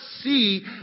see